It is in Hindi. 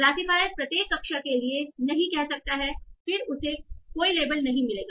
क्लासीफायर प्रत्येक कक्षा के लिए नहीं कह सकता है फिर उसे कोई लेबल नहीं मिलेगा